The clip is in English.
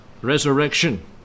resurrection